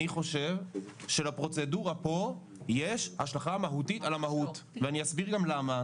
חושב שלפרוצדורה פה יש השלכה מהותית על המהות ואני אסביר גם למה,